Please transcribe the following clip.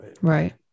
Right